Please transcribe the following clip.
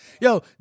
Yo